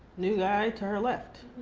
new guy to her left.